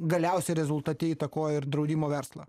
galiausiai rezultate įtakojo ir draudimo verslą